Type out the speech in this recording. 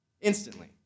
instantly